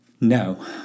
no